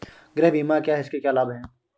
गृह बीमा क्या है इसके क्या लाभ हैं?